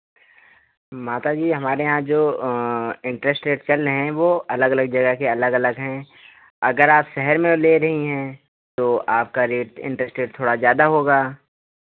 माता जी हमारे यहाँ जो इन्टरेस्ट रेट चल रहे हैं वो अलग अलग जगह के अलग अलग हैं अगर आप शहर में ले रही हैं तो आपका रेट इन्टरेस्ट रेट थोड़ा ज़्यादा होगा